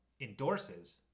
endorses